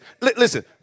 listen